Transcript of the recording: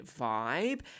vibe